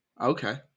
Okay